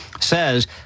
says